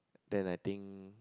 then I think